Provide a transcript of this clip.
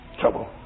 Trouble